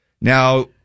Now